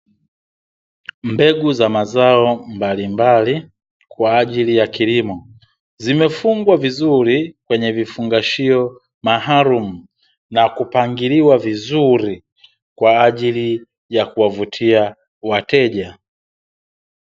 Mbegu za mazao mbalimbali kwa ajili ya kilimo. Zimefungwa vizuri kwenye vifunganshio maalumu na kupangiliwa vizuri kwa ajili ya kuwavutia wateja.